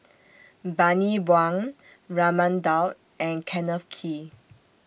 Bani Buang Raman Daud and Kenneth Kee